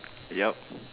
yup